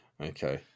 Okay